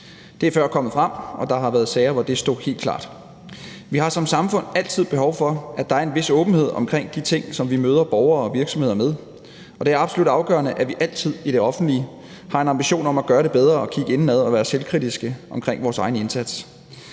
Det er før kommet frem, og der har været sager, hvor det stod helt klart. Vi har som samfund altid behov for, at der er en vis åbenhed omkring de ting, som vi møder borgere og virksomheder med, og det er absolut afgørende, at vi altid i det offentlige har en ambition om at gøre det bedre og kigge indad og være selvkritiske omkring vores egen indsats.